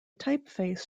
typeface